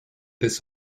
this